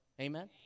Amen